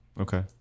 Okay